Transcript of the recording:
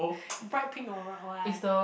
bright pink alright what